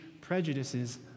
prejudices